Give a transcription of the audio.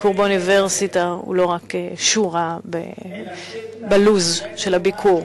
הביקור באוניברסיטה הוא לא רק שורה בלוח הזמנים של הביקור.